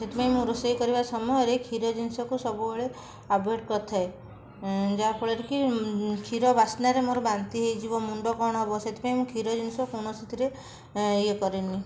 ସେଥିପାଇଁ ମୁଁ ରୋଷେଇ କରିବା ସମୟରେ କ୍ଷୀର ଜିନିଷକୁ ସବୁବେଳେ ଆଭଏଡ଼ କରିଥାଏ ଏଁ ଯାହାଫଳରେକି କ୍ଷୀର ବାସ୍ନାରେ ମୋର ବାନ୍ତି ହେଇଯିବ ମୁଣ୍ଡ କ'ଣ ହବ ସେଥିପାଇଁ ମୁଁ କ୍ଷୀର ଜିନିଷ କୌଣସିଥିରେ ଇଏ କରେନି